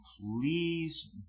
please